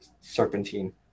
Serpentine